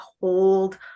hold